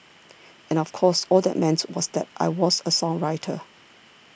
and of course all that meant was that I was a songwriter